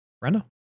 Brenda